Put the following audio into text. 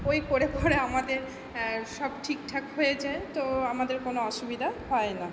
ওই করে করে আমাদের সব ঠিকঠাক হয়ে যায় তো আমাদের কোনো অসুবিধা হয় না